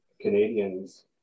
Canadians